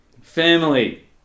family